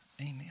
Amen